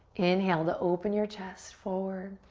inhale to open your chest forward.